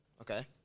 Okay